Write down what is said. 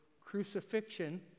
crucifixion